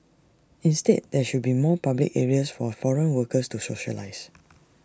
instead there should be more public areas for foreign workers to socialise